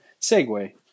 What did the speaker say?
Segway